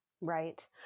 Right